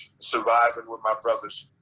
surviving with my brothers.